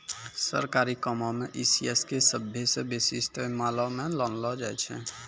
सरकारी कामो मे ई.सी.एस के सभ्भे से बेसी इस्तेमालो मे लानलो जाय छै